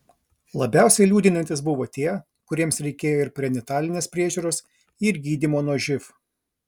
labiausiai liūdinantys buvo tie kuriems reikėjo ir prenatalinės priežiūros ir gydymo nuo živ